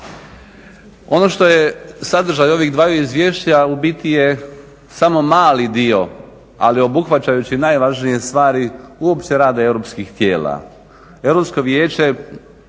Ono što je sadržaj ovih dvaju izvješća u biti je samo mali dio, ali obuhvaćajući najvažnije stvari uopće rada europskih tijela.